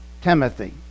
Timothy